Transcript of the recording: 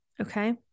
Okay